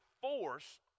force